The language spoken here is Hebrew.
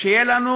שיהיה לנו